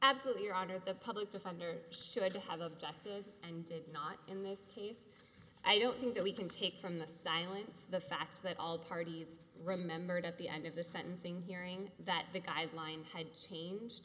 absolutely are out of the public defender should have adjusted and not in this case i don't think that we can take from the silence the fact that all parties remembered at the end of the sentencing hearing that the guidelines had changed